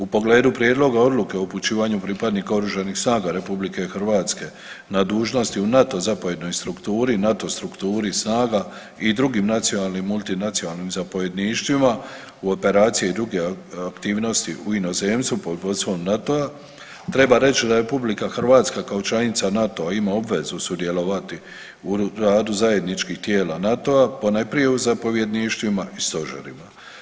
U pogledu prijedloga odluke o upućivanju pripadnika OSRH-a na dužnosti u NATO zapovjednoj strukturi, NATO strukturi snaga i drugim nacionalnim i multinacionalnim zapovjedništvima, u operacije i druge aktivnosti u inozemstvu pod vodstvom NATO-a treba reći da RH kao članica NATO-a ima obvezu sudjelovati u radu zajedničkih tijela NATO-a, ponajprije u zapovjedništvima i stožerima.